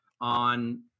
on